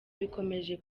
bikomeje